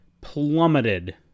plummeted